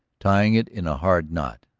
tying it in a hard knot.